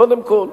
קודם כול.